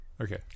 Okay